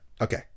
Okay